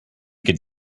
could